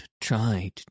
tried